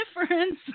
difference